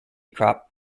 crop